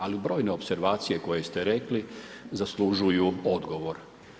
Ali brojne opservacije koje ste rekli zaslužuju odgovor.